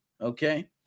okay